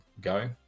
go